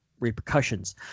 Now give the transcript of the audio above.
repercussions